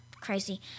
Crazy